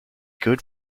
good